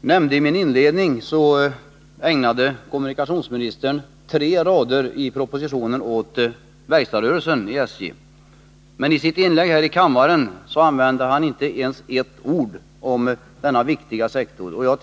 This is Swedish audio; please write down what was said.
Herr talman! Som jag nämnde i mitt inledningsanförande ägnade kommunikationsministern tre rader i propositionen åt verkstadsrörelsen inom SJ. I sitt inlägg här i kammaren sade han inte ens ett ord om denna viktiga sektor.